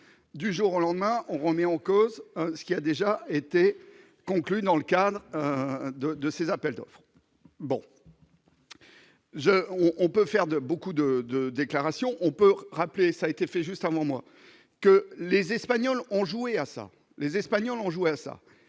du jour au lendemain, on remet en cause ce qui a déjà été conclu dans le cadre de de ces appels de francs. Bon. Je on peut faire de beaucoup de de déclarations, on peut rappeler, ça a été fait, juste avant moi, que les espagnols ont joué à ça,